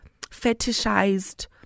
fetishized